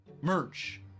Merch